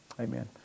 Amen